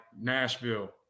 Nashville